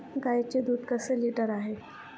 गाईचे दूध कसे लिटर आहे?